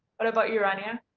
what about you rania?